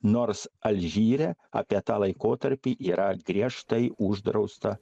nors alžyre apie tą laikotarpį yra griežtai uždrausta